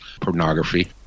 pornography